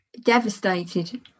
devastated